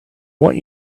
want